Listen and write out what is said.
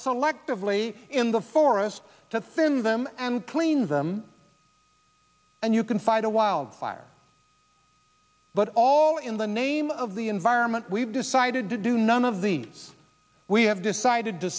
selectively in the forest to thin them and clean them and you can fight a wildfire but all in the name of the environment we've decided to do none of these we have decided to